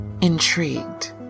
Intrigued